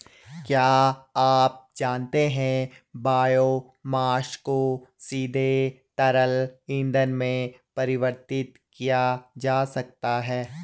क्या आप जानते है बायोमास को सीधे तरल ईंधन में परिवर्तित किया जा सकता है?